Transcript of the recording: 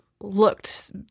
looked